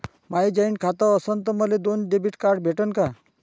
माय joint खातं असन तर मले दोन डेबिट कार्ड भेटन का?